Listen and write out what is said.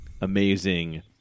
amazing